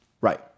Right